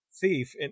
thief